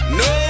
no